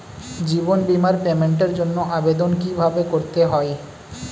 জীবন বীমার পেমেন্টের জন্য আবেদন কিভাবে করতে হয়?